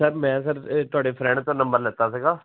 sir ਮੈਂ sir ਤੁਹਾਡੇ friend ਤੋਂ ਨੰਬਰ ਲਿੱਤਾ ਸੀ